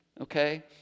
okay